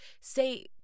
say